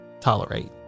tolerate